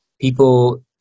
people